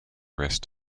rest